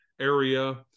area